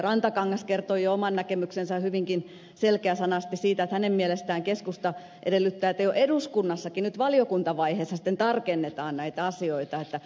rantakangas kertoi oman näkemyksensä hyvinkin selkeäsanaisesti siitä että hänen mielestään keskusta edellyttää että jo eduskunnassakin nyt valiokuntavaiheessa sitten tarkennetaan näitä asioita